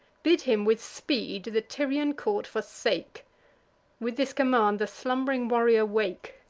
bid him with speed the tyrian court forsake with this command the slumb'ring warrior wake.